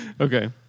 Okay